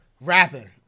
rapping